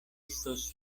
estos